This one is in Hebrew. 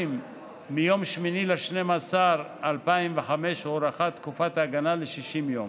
30 מיום 8 בדצמבר 2005 הוארכה תקופת ההגנה ל-60 יום.